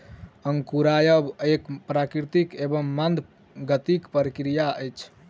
अंकुरायब एक प्राकृतिक एवं मंद गतिक प्रक्रिया अछि